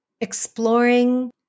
exploring